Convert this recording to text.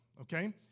okay